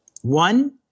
One